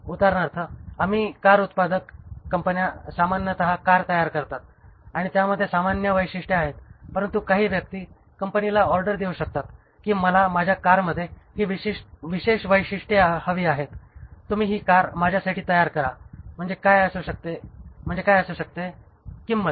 उदाहरणार्थ काही कार उत्पादक कंपन्या सामान्यत कार तयार करतात आणि त्यांमध्ये सामान्य वैशिष्ट्ये आहेत परंतु काही व्यक्ती कंपनीला ऑर्डर देऊ शकतात की मला माझ्या कारमध्ये ही विशेष वैशिष्ट्ये हवी आहेत तुम्ही ही कार माझ्यासाठी तयार करा म्हणजे काय असू शकते किंमत